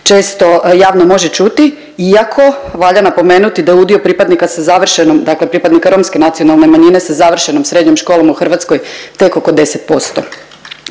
često javno može čuti iako valja napomenuti da je udio pripadnika sa završenom, dakle pripadnika romske nacionalne manjine sa završenom srednjom školom u Hrvatskoj tek oko 10%.